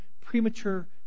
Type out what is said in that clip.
premature